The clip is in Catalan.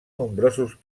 nombrosos